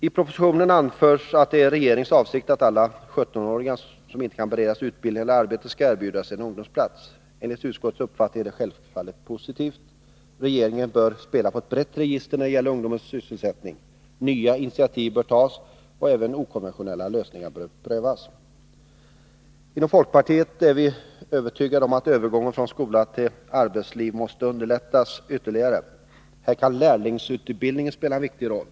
I propositionen anförs att det är regeringens avsikt att alla 17-åringar som inte kan beredas utbildning eller arbete skall kunna erbjudas en ungdomsplats. Enligt utskottets uppfattning är detta självfallet positivt. Regeringen bör spela på ett brett register när det gäller ungdomens sysselsättning. Nya initiativ bör tas, och även okonventionella lösningar bör prövas. Vi inom folkpartiet är övertygade om att övergången från skola till arbetsliv ytterligare måste underlättas. Här kan lärlingsutbildningen spela en viktig roll.